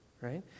right